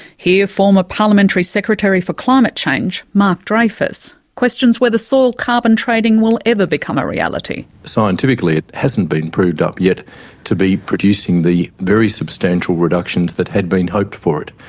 former parliamentary secretary for climate change mark dreyfus questions whether soil carbon trading will ever become a reality. scientifically it hasn't been proved up yet to be producing the very substantial reductions that had been hoped for it.